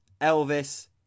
Elvis